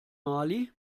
mali